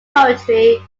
poetry